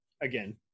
again